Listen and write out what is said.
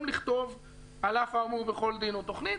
לכתוב "על אף האמור בכל דין או תוכנית".